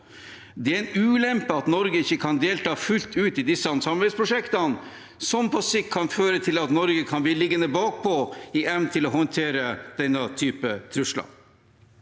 Det er en ulempe at Norge ikke kan delta fullt ut i disse samarbeidsprosjektene, noe som på sikt kan føre til at Norge kan bli liggende bakpå i evnen til å håndtere denne type trusler.